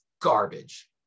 garbage